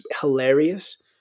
hilarious